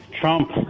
Trump